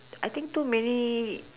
I think too many